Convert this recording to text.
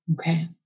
Okay